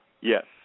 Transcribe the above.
Yes